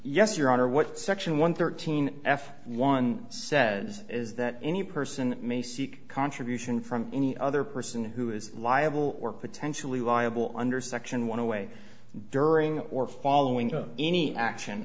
yes your honor what section one thirteen f one says is that any person may seek contribution from any other person who is liable or potentially liable under section one away during or following up any action